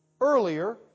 earlier